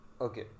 okay